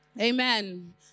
Amen